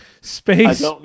space